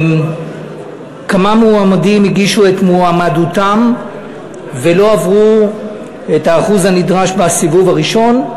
כמה מועמדים הגישו את מועמדותם ולא עברו את האחוז הנדרש בסיבוב הראשון,